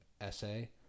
essay